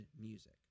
music